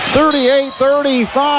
38-35